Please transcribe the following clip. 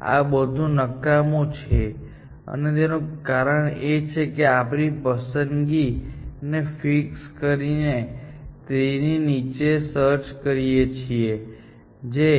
આ બધું કામ નકામું છે અને તેનું કારણ એ છે કે આપણે પસંદગી ને ફિક્સ કરીને ટ્રી ની નીચે સેર્ચ કરીએ છીએ જે